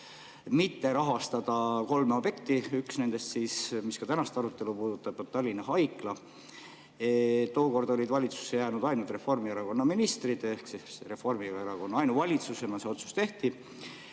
mitte rahastada. Üks nendest, mis ka tänast arutelu puudutab, on Tallinna Haigla. Tookord olid valitsusse jäänud ainult Reformierakonna ministrid ehk Reformierakonna ainuvalitsuses see otsus tehti.